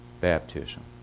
baptism